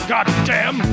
Goddamn